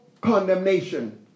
condemnation